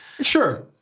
Sure